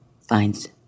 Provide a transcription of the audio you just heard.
finds